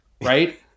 right